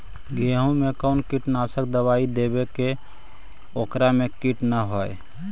गेहूं में कोन कीटनाशक दबाइ देबै कि ओकरा मे किट न हो?